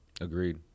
Agreed